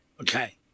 Okay